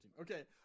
Okay